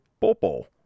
Popo